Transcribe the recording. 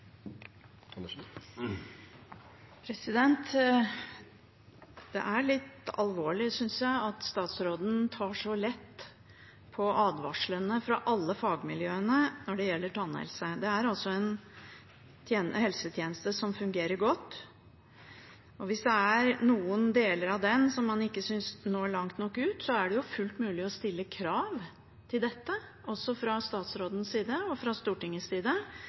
nivåer. Det er litt alvorlig, synes jeg, at statsråden tar så lett på advarslene fra alle fagmiljøene når det gjelder tannhelse. Denne helsetjenesten fungerer altså godt, og hvis man synes at noen deler av den ikke når langt nok ut, er det jo fullt mulig å stille krav som sikrer dette, også fra statsrådens og fra Stortingets side. Og